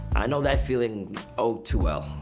i know that feeling oh too well,